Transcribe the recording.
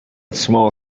small